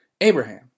Abraham